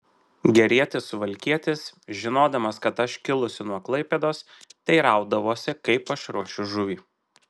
gerietis suvalkietis žinodamas kad aš kilusi nuo klaipėdos teiraudavosi kaip aš ruošiu žuvį